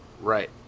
Right